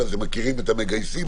אתם מכירים את המגייסים,